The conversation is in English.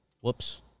Whoops